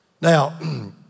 Now